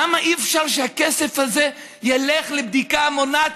למה אי-אפשר שהכסף הזה ילך לבדיקה מונעת,